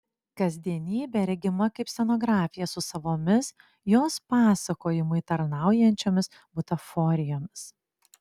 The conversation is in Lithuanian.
kasdienybė regima kaip scenografija su savomis jos pasakojimui tarnaujančiom butaforijomis